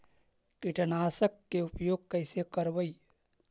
कीटनाशक के उपयोग कैसे करबइ?